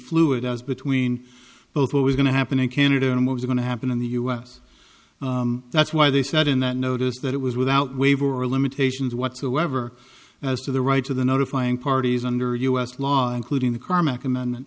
fluid as between both what was going to happen in canada and what was going to happen in the us that's why they said in that notice that it was without waiver or limitations whatsoever as to the rights of the notifying parties under us law including the karmic ame